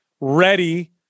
ready